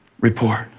report